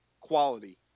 quality